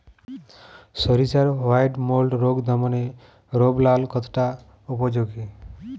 সরিষার white mould রোগ দমনে রোভরাল কতটা উপযোগী?